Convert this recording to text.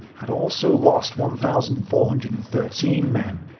had also lost one thousand four hundred and thirteen men.